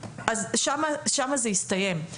אז שם זה יסתיים.